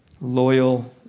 loyal